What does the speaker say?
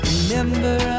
Remember